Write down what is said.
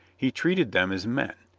he treated them as men.